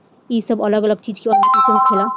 ई सब अलग अलग चीज के अनुमति से होखेला